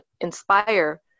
inspire